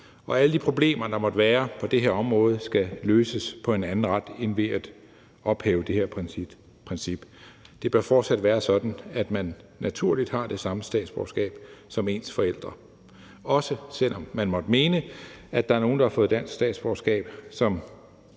og alle de problemer, der måtte være på det her område, skal løses på anden vis end ved at ophæve det her princip. Det bør fortsat være sådan, at man naturligt har det samme statsborgerskab som ens forældre, også selv om man måtte mene, at der er nogen, der har fået dansk statsborgerskab, som